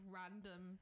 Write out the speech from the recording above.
random